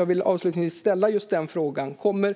Jag vill därför avslutningsvis ställa just dessa frågor